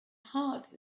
heart